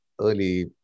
early